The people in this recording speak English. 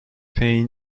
pain